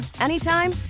anytime